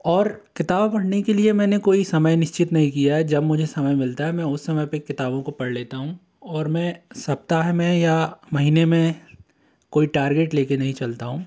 और किताबें पढ़ने के लिए मैंने कोई समय निश्चित नहीं किया है जब मुझे समय मिलता है मैं उस समय पर किताबों को पढ़ लेता हूँ और मैं सप्ताह में या महीने में कोई टारगेट ले कर नहीं चलता हूँ